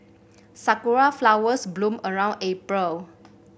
sakura flowers bloom around April